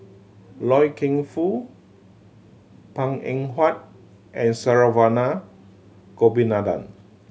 Loy Keng Foo Png Eng Huat and Saravanan Gopinathan